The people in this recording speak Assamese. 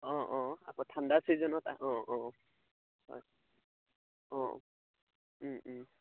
অঁ অঁ আকৌ ঠাণ্ডা ছিজনত অঁ অঁ হয় অঁ